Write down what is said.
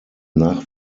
nach